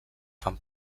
fan